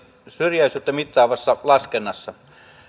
syrjäisyyttä mittaavassa laskennassa